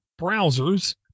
browsers